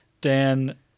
Dan